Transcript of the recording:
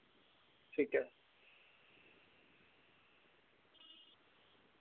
ठीक ऐ